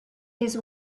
his